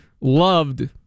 loved